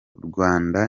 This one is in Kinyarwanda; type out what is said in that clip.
urwanda